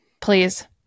Please